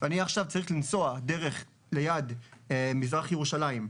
ואני עכשיו צריך לנסוע ליד מזרח ירושלים.